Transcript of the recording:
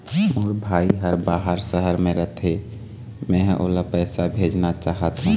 मोर भाई हर बाहर शहर में रथे, मै ह ओला पैसा भेजना चाहथों